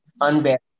unbearable